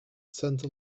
centre